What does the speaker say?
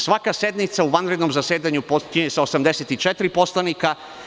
Svaka sednica u vanrednom zasedanju počinje sa 84 poslanika.